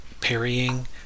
Parrying